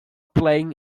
playing